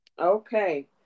Okay